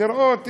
לראות,